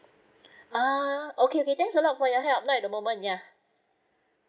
uh okay okay thanks a lot for your help not at the moment yeah